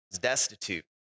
destitute